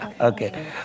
Okay